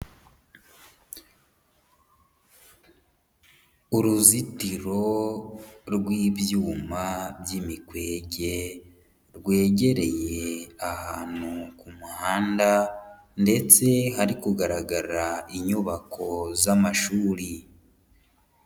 Uruzitiro rw'ibyuma by'imikwege rwegereye ahantu ku muhanda ndetse hari kugaragara inyubako z'amashuri,